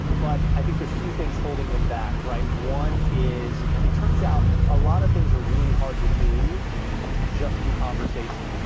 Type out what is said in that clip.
but i think there's two things holding them back. one is it turns out a lot of things are really hard to do just through conversation.